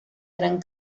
gran